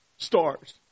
stars